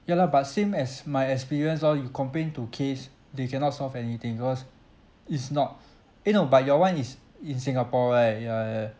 ya lah but same as my experience lor you complain to CASE they cannot solve anything cause it's not eh no by your [one] is in singapore right ya ya ya